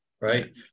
right